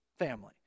Family